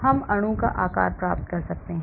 हम अणु का आकार प्राप्त कर सकते हैं